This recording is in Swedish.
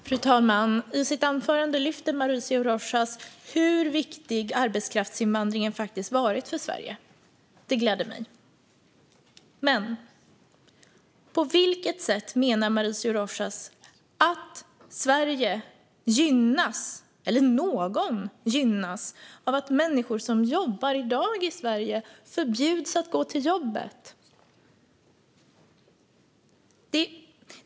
Fru talman! I sitt anförande lyfte Mauricio Rojas fram hur viktig arbetskraftsinvandringen faktiskt varit för Sverige. Det gläder mig. Men på vilket sätt menar Mauricio Rojas att Sverige - eller någon - gynnas av att människor som jobbar här i dag förbjuds att gå till jobbet?